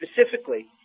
Specifically